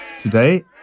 Today